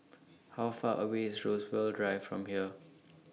How Far away IS Rosewood Drive from here